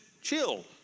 chill